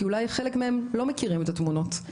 כי אולי חלק מהם לא מכירים את התמונות,